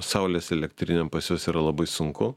saulės elektrinėm pas juos yra labai sunku